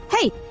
Hey